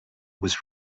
was